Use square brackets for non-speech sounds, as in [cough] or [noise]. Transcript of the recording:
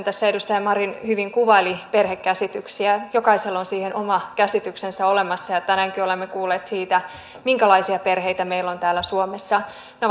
[unintelligible] tässä edustaja marin hyvin kuvaili perhekäsityksiä jokaisella on siihen oma käsityksensä olemassa tänäänkin olemme kuulleet siitä minkälaisia perheitä meillä on täällä suomessa ne [unintelligible]